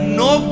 no